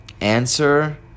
answer